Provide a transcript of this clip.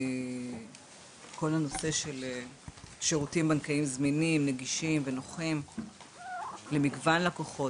כל הנושא של שירותים בנקאים זמינים נגישים ונוחים למגוון לקוחות,